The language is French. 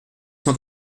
cent